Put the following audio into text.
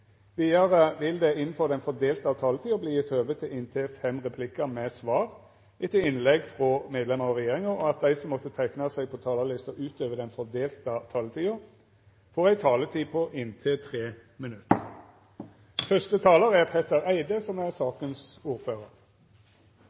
Vidare vil det – innanfor den fordelte taletida – verta gjeve høve til replikkordskifte på inntil fem replikkar med svar etter innlegg frå medlemer av regjeringa. Dei som måtte teikna seg på talarlista utover den fordelte taletida, får ei taletid på inntil 3 minutt.